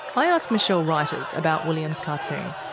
i ask michele ruyters about william's cartoon.